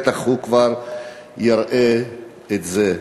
אבל בלי ספק הוא כבר יראה את זה וישמע.